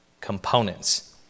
components